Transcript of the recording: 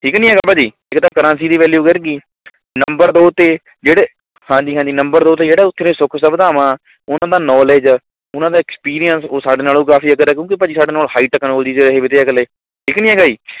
ਠੀਕ ਨਹੀਂ ਹੈਗਾ ਭਾਅ ਜੀ ਇੱਕ ਤਾਂ ਕਰੰਸੀ ਦੀ ਵੈਲਯੂ ਗਿਰ ਗਈ ਨੰਬਰ ਦੋ 'ਤੇ ਜਿਹੜੇ ਹਾਂਜੀ ਹਾਂਜੀ ਨੰਬਰ ਦੋ 'ਤੇ ਜਿਹੜੇ ਉੱਥੇ ਦੇ ਸੁੱਖ ਸੁਵਿਧਾਵਾਂ ਉਹਨਾਂ ਦਾ ਨੌਲੇਜ ਉਹਨਾਂ ਦਾ ਐਕਸਪੀਰੀਅਸ ਉਹ ਸਾਡੇ ਨਾਲੋਂ ਕਾਫ਼ੀ ਅੱਗੇ ਤਾਂ ਕਿਉਂਕਿ ਭਾਅ ਜੀ ਸਾਡੇ ਨਾਲੋਂ ਹਾਈ ਟਕਨੋਲਜੀ 'ਚ ਰਹੇ ਵੇ ਤੇ ਅਗਲੇ ਠੀਕ ਨਹੀਂ ਹੈਗਾ ਜੀ